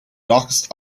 darkest